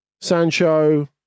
Sancho